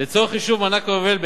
לצורך חישוב מענק היובל.